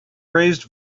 raised